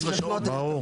ברור.